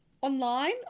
online